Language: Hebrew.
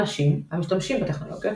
אנשים – המשתמשים בטכנולוגיות,